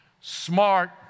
smart